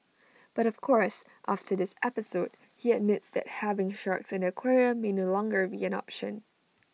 but of course after this episode he admits that having sharks in the aquarium may no longer be an option